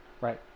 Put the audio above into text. right